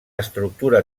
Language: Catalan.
estructura